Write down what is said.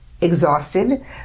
exhausted